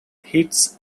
hits